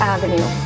Avenue